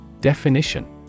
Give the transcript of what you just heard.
Definition